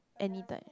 anytime